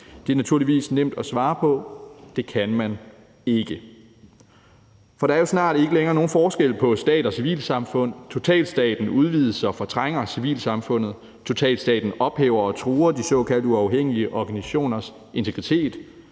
Det er naturligvis nemt at svare på: Det kan man ikke. For der er jo snart ikke længere nogen forskel på stat og civilsamfund. Totalstaten udvides og fortrænger civilsamfundet. Totalstaten ophæver og truer de såkaldt uafhængige organisationers integritet.